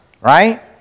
Right